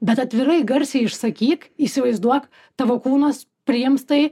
bet atvirai garsiai išsakyk įsivaizduok tavo kūnas priims tai